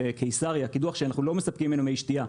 בקיסריה קידוח שאנחנו לא מספקים ממנו מי שתייה.